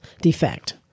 defect